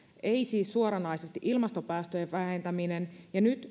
ei siis suoranaisesti ilmastopäästöjen vähentäminen nyt